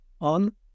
on